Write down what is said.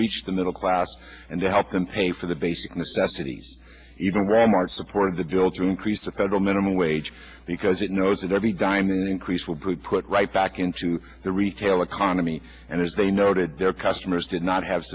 reach the middle class and to help them pay for the basic necessities even graham are supporting the bill to increase the federal minimum wage because it knows that every dime and increase will be put right back into the retail economy and as they noted their customers did not have